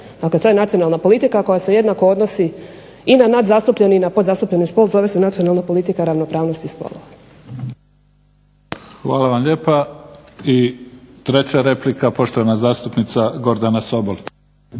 Dakle, to je nacionalna politika koja se jednako odnosi i na nas zastupljene i podzastupljene zove se Nacionalna politika ravnopravnosti spolova. **Mimica, Neven (SDP)** Hvala vam lijepa. Treća replika poštovana zastupnica Gordana Sobol.